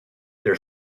their